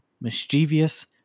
mischievous